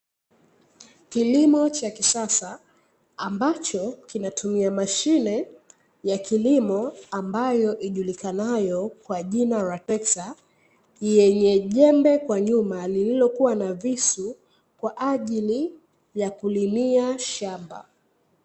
Kilimo cha kisasa ambacho kinatumia mashine ya kilimo ambayo, ijlikanayo kwa jina la "Pektsa" yenye jembe kwa nyuma lililokuwa na visu kwa ajili ya kulimia shamba.